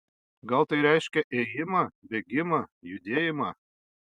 gal tai reiškia ėjimą bėgimą judėjimą